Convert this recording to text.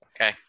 Okay